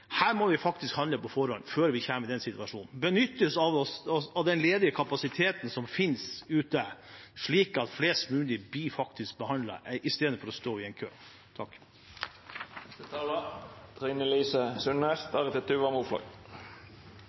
Her må vi faktisk handle på forhånd, før vi kommer i den situasjonen. Vi må benytte oss av den ledige kapasiteten som finnes ute, slik at flest mulig blir behandlet istedenfor å stå i kø.